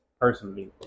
personally